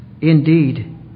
Indeed